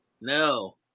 no